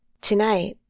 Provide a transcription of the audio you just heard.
Tonight